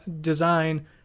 design